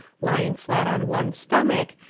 lying flat on one's stomach,